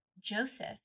Joseph